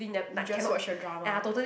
you just watched a drama